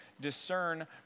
discern